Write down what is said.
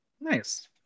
Nice